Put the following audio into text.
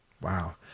Wow